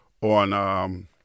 on